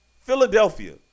Philadelphia